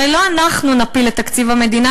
הרי לא אנחנו נפיל את תקציב המדינה,